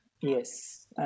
Yes